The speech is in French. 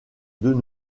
deux